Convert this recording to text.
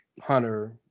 Hunter